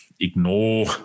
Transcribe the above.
ignore